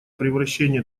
превращения